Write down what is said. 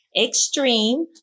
extreme